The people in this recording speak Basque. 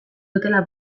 dutela